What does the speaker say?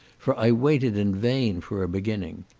for i waited in vain for a beginning.